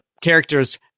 characters